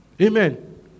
Amen